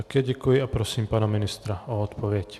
Také děkuji a prosím pana ministra o odpověď.